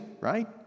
right